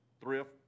Thrift